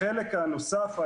החלק הנוסף,